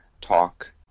talk